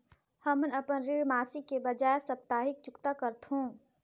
हमन अपन ऋण मासिक के बजाय साप्ताहिक चुकता करथों